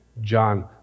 John